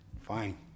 Fine